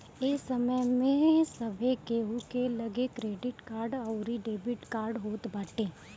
ए समय में सभे केहू के लगे क्रेडिट कार्ड अउरी डेबिट कार्ड होत बाटे